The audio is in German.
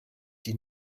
die